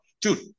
dude